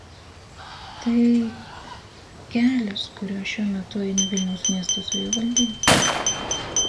tai kelias kuriuo šiuo metu eina vilniaus miesto savivaldybė